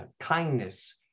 kindness